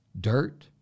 dirt